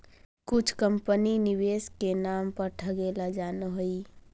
कुछ कंपनी निवेश के नाम पर ठगेला जानऽ हइ